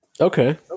okay